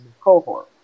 cohort